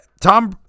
Tom